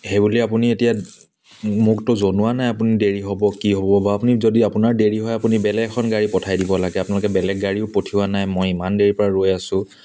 সেইবুলি আপুনি এতিয়া মোকতো জনোৱা নাই আপুনি দেৰি হ'ব কি হ'ব বা আপুনি যদি আপোনাৰ দেৰি হয় আপুনি বেলেগ এখন গাড়ী পঠাই দিব লাগে আপোনালোকে বেলেগ গাড়ীও পঠোৱা নাই মই ইমান দেৰিৰ পৰা ৰৈ আছোঁ